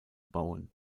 bauen